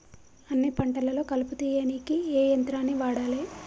అన్ని పంటలలో కలుపు తీయనీకి ఏ యంత్రాన్ని వాడాలే?